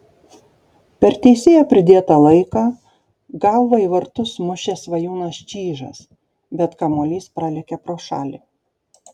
per teisėjo pridėtą laiką galva į vartus mušė svajūnas čyžas bet kamuolys pralėkė pro šalį